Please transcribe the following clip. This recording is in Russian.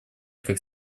как